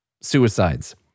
suicides